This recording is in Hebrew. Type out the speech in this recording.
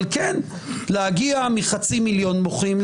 אבל להגיע מחצי מיליון מוחים,